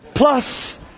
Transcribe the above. Plus